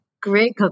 Great